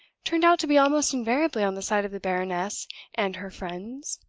turned out to be almost invariably on the side of the baroness and her friends?